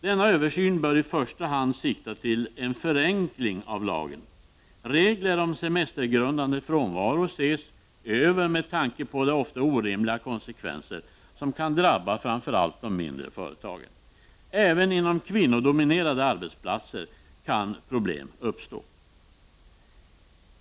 Denna översyn bör i första hand sikta till en förenkling av lagen. Regler om semestergrundande frånvaro bör ses över med tanke på de ofta orimliga konsekvenser som kan drabba framför allt de mindre företagen. Även inom kvinnodominerade arbetsplatser kan problem uppstå.